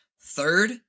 Third